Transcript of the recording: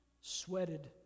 sweated